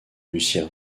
lucia